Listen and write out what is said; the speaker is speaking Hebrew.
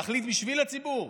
להחליט בשביל הציבור?